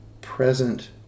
present